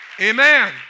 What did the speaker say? Amen